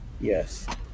Yes